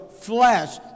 flesh